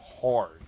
hard